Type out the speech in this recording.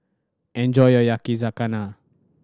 enjoy your Yakizakana